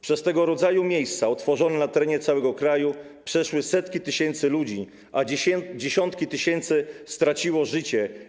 Przez tego rodzaju miejsca utworzone na terenie całego kraju przeszły setki tysięcy ludzi, a dziesiątki tysięcy - straciły życie.